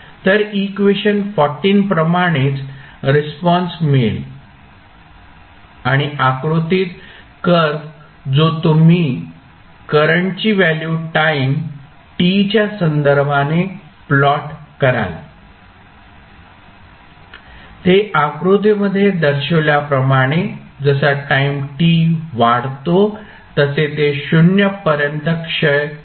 तर इक्वेशन प्रमाणेच रिस्पॉन्स मिळेल आणि आकृतीत कर्व जो तुम्ही करंटची व्हॅल्यू टाईम t च्या संदर्भाने प्लॉट कराल ते आकृतीमध्ये दर्शविल्याप्रमाणे जसा टाईम t वाढतो तसे ते 0 पर्यंत क्षय होते